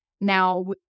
Now